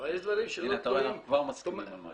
אנחנו מדברים על תיקון תקנה שנובע משינויים בתקינה